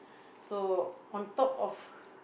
so on top of